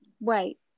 Wait